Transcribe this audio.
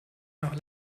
nach